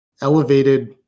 elevated